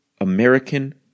American